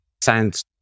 science